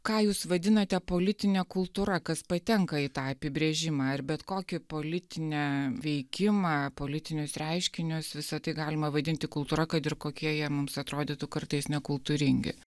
ką jūs vadinate politine kultūra kas patenka į tą apibrėžimą ar bet kokį politinę veikimą politinius reiškinius visa tai galima vadinti kultūra kad ir kokie jie mums atrodytų kartais nekultūringi